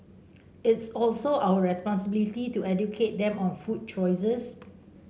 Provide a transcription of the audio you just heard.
it's also our responsibility to educate them on food choices